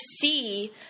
see